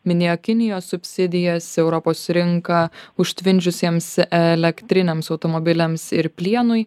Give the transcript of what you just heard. minėjo kinijos subsidijos europos rinką užtvindžiusiems elektriniams automobiliams ir plienui